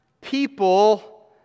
people